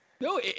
No